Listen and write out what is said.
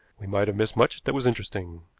we might have missed much that was interesting.